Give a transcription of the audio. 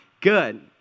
good